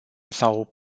sau